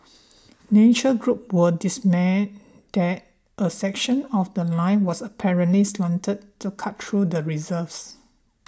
nature groups were dismayed that a section of The Line was apparently slated to cut through the reserves